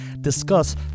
discuss